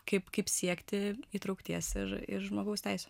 kaip kaip siekti įtraukties ir ir žmogaus teisių